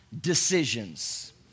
decisions